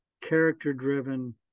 character-driven